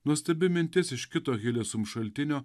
nuostabi mintis iš kito hile sum šaltinio